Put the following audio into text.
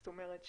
זאת אומרת,